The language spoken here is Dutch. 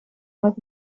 met